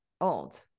old